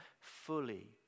fully